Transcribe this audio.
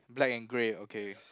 black and grey okay